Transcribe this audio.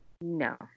No